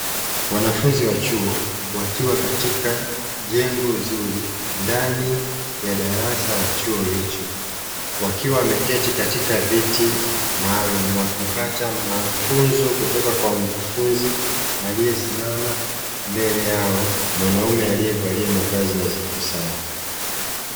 Wanafunzi wa chuo wakiwa katika jengo nzuri ndani ya darasa la chuo hicho wakiwa wameketi katika viti maalum, wakipata mafunzo kutoka kwa mkufunzi aliyesimama mbele yao mwanamume aliyevalia mavazi nadhifu sana.